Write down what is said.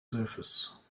surface